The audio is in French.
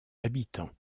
habitants